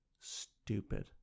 stupid